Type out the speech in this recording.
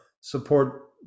support